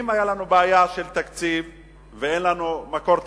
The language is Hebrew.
אם היתה לנו בעיה של תקציב ואין לנו מקור תקציבי,